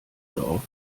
dorf